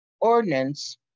ordinance